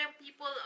People